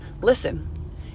Listen